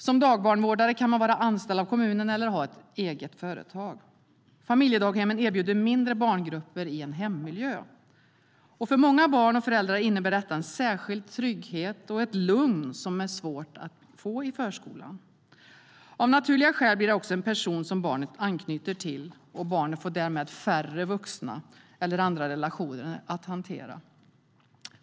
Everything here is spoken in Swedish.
Som dagbarnvårdare kan man vara anställd av kommunen eller ha ett eget företag. Familjedaghemmen erbjuder mindre barngrupper i en hemmiljö. För många barn och föräldrar innebär detta en särskild trygghet och ett lugn som är svårt att få i förskolan. Av naturliga skäl blir det också en person som barnet anknyter till, och barnet får därmed färre vuxna eller andra relationer att hantera.